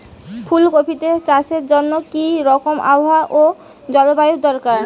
ফুল কপিতে চাষের জন্য কি রকম আবহাওয়া ও জলবায়ু দরকার?